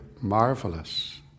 marvelous